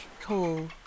call